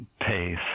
pace